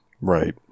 Right